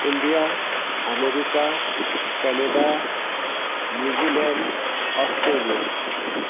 India America Canada New Zealand Australia